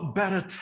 better